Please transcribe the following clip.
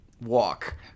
walk